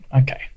okay